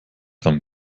dran